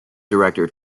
director